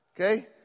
Okay